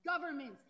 governments